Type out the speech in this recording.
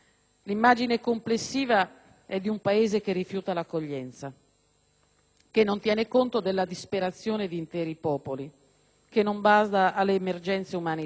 che non tiene conto della disperazione di interi popoli, che non bada alle emergenze umanitarie per lasciare entrare solo chi è bravo, buono e possibilmente ricco,